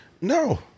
No